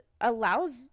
allows